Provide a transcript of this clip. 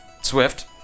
Swift